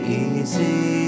easy